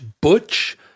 butch